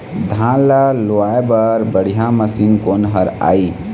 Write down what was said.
धान ला लुआय बर बढ़िया मशीन कोन हर आइ?